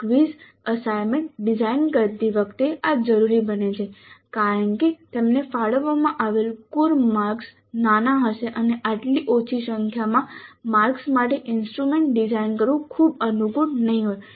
quiz અને assignment design કરતી વખતે આ જરૂરી બને છે કારણ કે તેમને ફાળવવામાં આવેલા કુલ માર્ક્સ નાના હશે અને આટલી ઓછી સંખ્યામાં માર્ક્સ માટે ઇન્સ્ટ્રુમેન્ટ ડિઝાઇન કરવું ખૂબ અનુકૂળ નહીં હોય